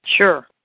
Sure